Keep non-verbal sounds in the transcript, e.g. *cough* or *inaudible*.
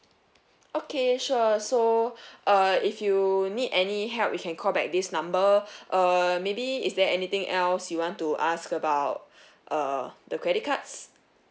okay sure so *breath* uh if you need any help you can call back this number *breath* uh maybe is there anything else you want to ask about *breath* uh the credit cards